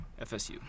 FSU